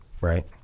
right